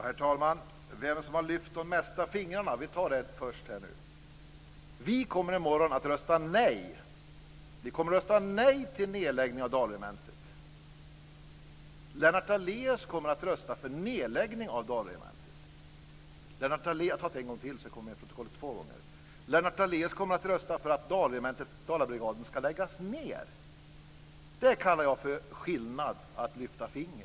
Herr talman! Ta det rätta först, dvs. vem har lyft de flesta fingrarna? Vi kommer i morgon att rösta nej till nedläggning av Dalregementet. Lennart Daléus kommer att rösta för nedläggning av Dalregementet. Jag tar det en gång till så att det kommer till protokollet två gånger: Lennart Daléus kommer att rösta för att Dalabrigaden/Dalregementet ska läggas ned. Det kallar jag för en skillnad i att lyfta finger.